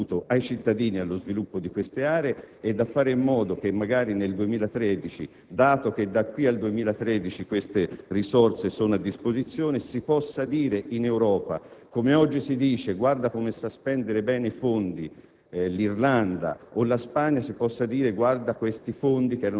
da poter essere realizzati, da poter dare un contributo ai cittadini allo sviluppo di queste aree e fare in modo che, magari nel 2013 (dato che queste risorse sono a disposizione da qui al 2013), in Europa, come oggi si dice: «Guardate come sanno spendere bene i fondi